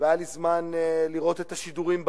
והיה לי זמן לראות את השידורים בעולם.